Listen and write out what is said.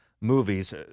movies